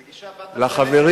זאת גישה פטרנליסטית.